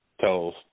tells